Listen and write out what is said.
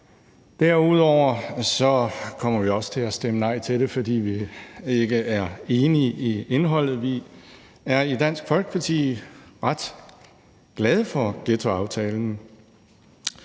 til at stemme nej til det, fordi vi ikke er enige i indholdet. Vi er i Dansk Folkeparti ret glade for ghettoaftalen.